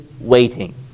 waiting